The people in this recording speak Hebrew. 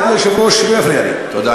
אדוני היושב-ראש, שלא יפריע לי.